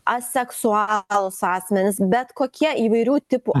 aseksualūs asmenys bet kokie įvairių tipų